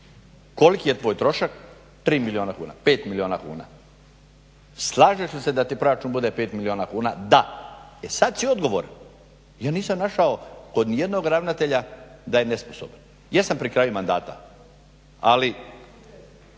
koliki je potrošak 3 milijuna kuna, 5 milijuna kuna. Slažeš li se da ti proračun bude 5 milijuna kuna? Da. E sada si odgovoran. Ja nisam našao kod nijednog ravnatelja da je nesposoban. Jesam pri kraju mandata ali